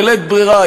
בלית ברירה,